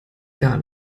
gar